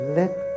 let